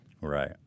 Right